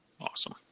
Awesome